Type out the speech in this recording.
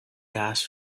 gas